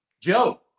Joe